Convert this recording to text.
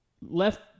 left